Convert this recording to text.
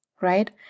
right